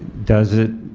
does it,